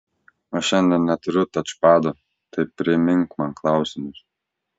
aš šiandien neturiu tačpado tai primink man klausimus